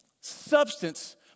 substance